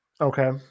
Okay